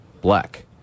Black